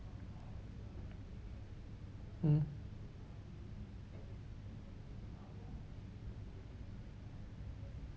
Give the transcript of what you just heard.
mm